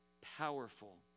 powerful